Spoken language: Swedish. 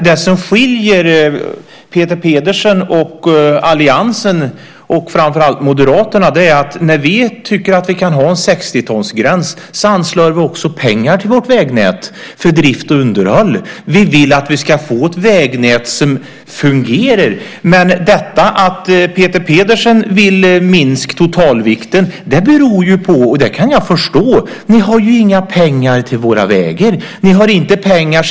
Det som skiljer Peter Pedersen och alliansen och framför allt Moderaterna åt är att när vi tycker att vi kan ha en 60-tonsgräns anslår vi också pengar till vårt vägnät för drift och underhåll. Vi vill att vi ska få ett vägnät som fungerar. Att Peter Pedersen vill minska totalvikten beror på - och det kan jag förstå - att ni inte har några pengar till våra vägar. Ni har inte pengar.